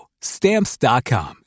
Stamps.com